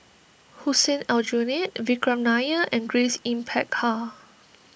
Hussein Aljunied Vikram Nair and Grace Yin Peck Ha